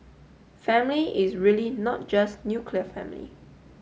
family is really not just nuclear family